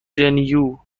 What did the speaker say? you